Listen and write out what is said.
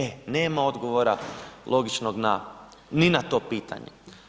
E, nema odgovora logičnog na, ni na to pitanje.